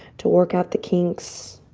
to work out the kinks.